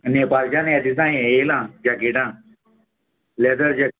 नेपालच्यान हे दिसा हें येयलां जॅकेटां लेदर जॅक